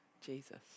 Jesus